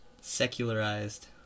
Secularized